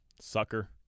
Sucker